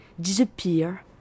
disappear